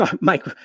Mike